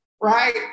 right